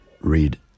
read